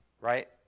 Right